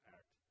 act